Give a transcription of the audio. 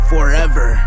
Forever